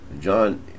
John